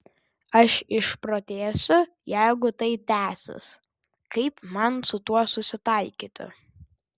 aš išprotėsiu jeigu tai tęsis kaip man su tuo susitaikyti